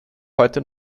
heute